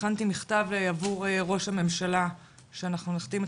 הכנתי מכתב עבור ראש הממשלה שאנחנו נחתים את